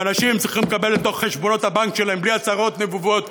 ואנשים צריכים לקבל לתוך חשבונות הבנק שלהם בלי הצהרות נבובות